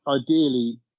Ideally